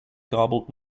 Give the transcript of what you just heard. garbled